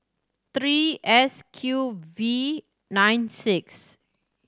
three S Q V nine six